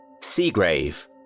Seagrave